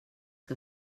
que